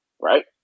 right